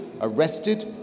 arrested